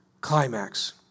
Climax